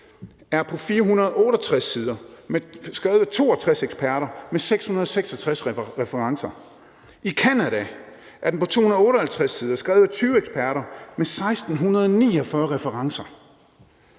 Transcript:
på 468 sider, skrevet af 62 eksperter og med 666 referencer. I Canada er den på 258 sider, skrevet af 20 eksperter og med 1.649 referencer.